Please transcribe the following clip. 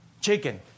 Chicken